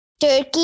Turkey